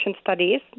studies